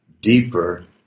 deeper